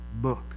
book